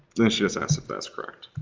think she just asked if that's correct.